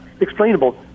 explainable